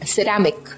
Ceramic